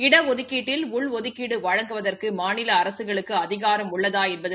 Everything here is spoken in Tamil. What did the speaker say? இடஒதுக்கீட்டில் உள்ஒதுக்கீடு வழங்குவதற்கு மாநில அரசுகளுக்கு அதிகாரம் உள்ளதா என்பது